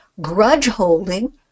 grudge-holding